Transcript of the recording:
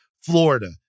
Florida